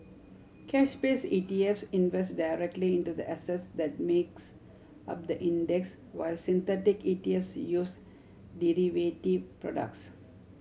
cash base ETFs invest directly into the assets that makes up the index while synthetic ETFs use derivative products